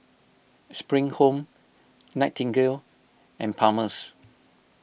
Spring Home Nightingale and Palmer's